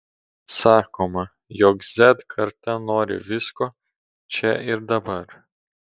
sakoma jog z karta nori visko čia ir dabar